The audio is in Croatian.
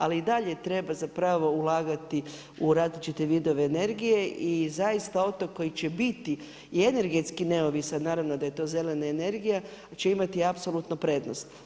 Ali i dalje treba zapravo ulagati u različite vidove energije i zaista otok koji će biti i energetski neovisan, naravno da je to zelena energija će imati apsolutnu prednost.